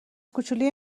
کوچلوی